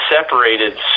separated